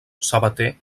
sabater